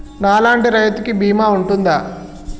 నా లాంటి రైతు కి బీమా ఉంటుందా?